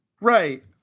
Right